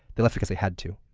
they left because they had to.